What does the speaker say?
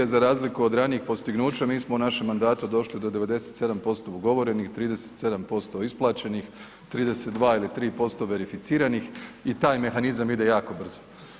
Za razliku od ranijih postignuća mi smo u našem mandatu došli do 97% ugovorenih, 37% isplaćenih, 32 ili tri posto verificiranih i taj mehanizam ide jako brzo.